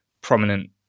prominent